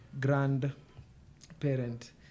grandparent